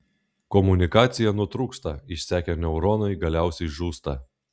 komunikacija nutrūksta išsekę neuronai galiausiai žūsta